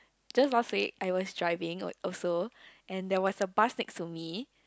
just last week I was driving also and there was a bus next to me